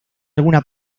alguna